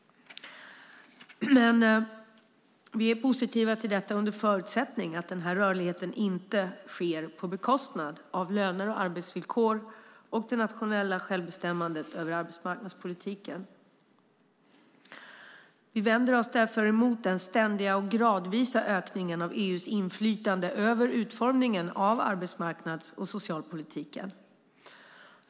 Men vi är positiva till detta under förutsättning att den här rörligheten inte sker på bekostnad av löner, arbetsvillkor och det nationella självbestämmandet över arbetsmarknadspolitiken. Vi vänder oss därför emot den ständiga och gradvisa ökningen av EU:s inflytande över utformningen av arbetsmarknads och socialpolitiken.